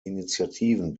initiativen